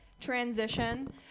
transition